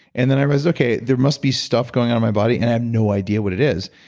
and then i realize okay, there must be stuff going on in my body, and i have no idea what it is,